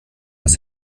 das